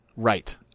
Right